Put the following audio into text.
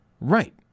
Right